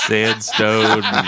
Sandstone